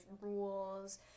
rules